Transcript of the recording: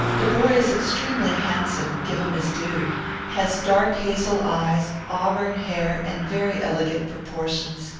the boy is extremely handsome, give him his due has dark hazel eyes, auburn hair, and very elegant proportions.